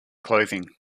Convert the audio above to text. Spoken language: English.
clothing